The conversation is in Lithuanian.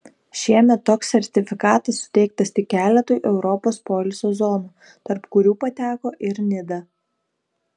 šiemet toks sertifikatas suteiktas tik keletui europos poilsio zonų tarp kurių pateko ir nida